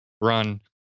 run